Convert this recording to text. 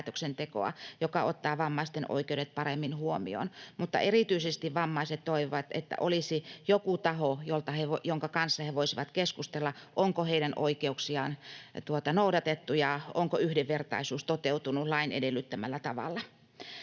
joka ottaa vammaisten oikeudet paremmin huomioon. Mutta vammaiset toivovat erityisesti, että olisi joku taho, jonka kanssa he voisivat keskustella siitä, onko heidän oikeuksiaan noudatettu ja onko yhdenvertaisuus toteutunut lain edellyttämällä tavalla